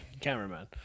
Cameraman